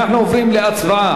אנחנו עוברים להצבעה,